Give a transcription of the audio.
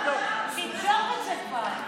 תמשוך את זה כבר.